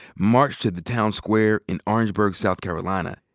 marched to the town square in orangeburg, south carolina.